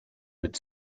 mit